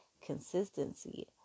consistency